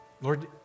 Lord